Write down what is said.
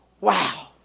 Wow